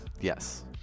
Yes